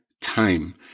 time